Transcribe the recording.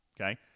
okay